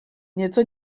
nieco